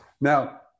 Now